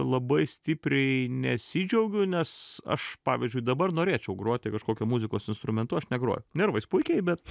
labai stipriai nesidžiaugiu nes aš pavyzdžiui dabar norėčiau groti kažkokiu muzikos instrumentu aš negroju nervais puikiai bet